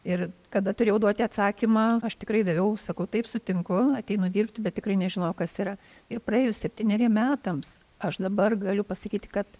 ir kada turėjau duoti atsakymą aš tikrai daviau sakau taip sutinku ateinu dirbti bet tikrai nežinojau kas yra ir praėjus septyneriem metams aš dabar galiu pasakyti kad